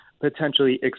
potentially